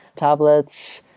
tablets,